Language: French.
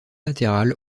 latéral